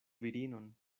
virinon